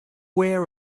where